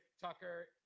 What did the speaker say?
Tucker